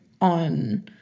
on